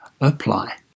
apply